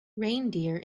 reindeer